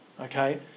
Okay